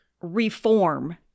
reform